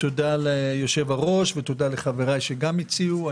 תודה ליושב-הראש ולחבריי שגם הציעו.